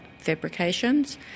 fabrications